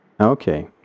Okay